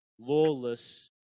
lawless